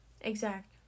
Exact